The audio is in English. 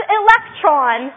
electron